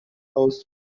house